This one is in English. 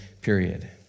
period